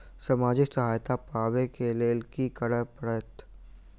सामाजिक सहायता पाबै केँ लेल की करऽ पड़तै छी?